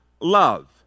love